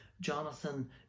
Jonathan